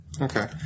Okay